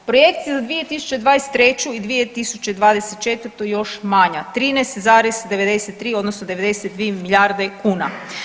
Projekcije za 2023. i 2024. još manja 13,93 odnosno 92 milijarde kuna.